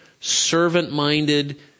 servant-minded